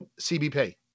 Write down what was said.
CBP